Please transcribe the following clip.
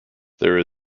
there